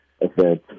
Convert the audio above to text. event